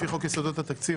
לפי חוק יסודות התקציב,